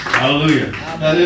Hallelujah